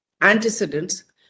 antecedents